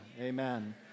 Amen